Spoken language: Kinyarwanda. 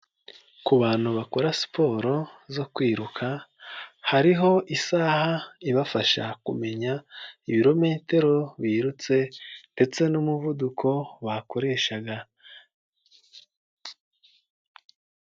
Ku bantu bakora siporo, zo kwiruka, hariho isaha ibafasha kumenya ibirometero, birutse, ndetse n'umuvuduko bakoreshaga.